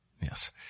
yes